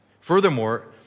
Furthermore